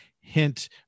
hint